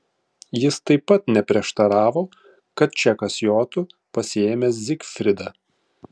jis taip pat neprieštaravo kad čekas jotų pasiėmęs zigfridą